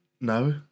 No